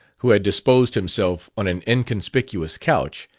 who had disposed himself on an inconspicuous couch,